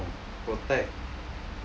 protect